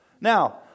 Now